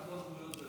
רק בגרויות זה,